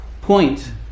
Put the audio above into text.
point